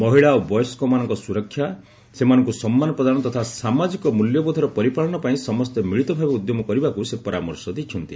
ମହିଳା ଓ ବୟସ୍କମାନଙ୍କ ସୁରକ୍ଷା ସେମାନଙ୍କୁ ସମ୍ମାନ ପ୍ରଦାନ ତଥା ସାମାଜିକ ମୂଲ୍ୟବୋଧର ପରିପାଳନ ପାଇଁ ସମସ୍ତେ ମିଳିତ ଭାବେ ଉଦ୍ୟମ କରିବାକୁ ସେ ପରାମର୍ଶ ଦେଇଛନ୍ତି